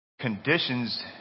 conditions